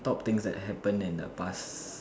top things that happen in the past